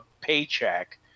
paycheck